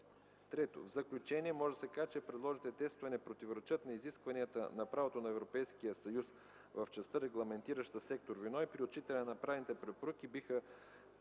ІІІ. В заключение може да се каже, че предложените текстове не противоречат на изискванията на правото на Европейския съюз в частта, регламентираща сектор „Вино” и при отчитане на направените препоръки биха